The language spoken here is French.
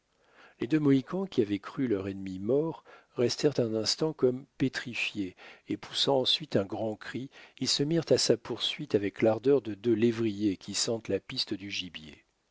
les deux mohicans qui avaient cru leur ennemi mort restèrent un instant comme pétrifiés et poussant ensuite un grand cri ils se mirent à sa poursuite avec l'ardeur de deux lévriers qui sentent la piste du gibier